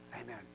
Amen